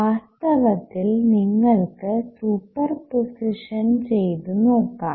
വാസ്തവത്തിൽ നിങ്ങൾക്ക് സൂപ്പർപൊസിഷൻ ചെയ്തു നോക്കാം